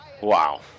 Wow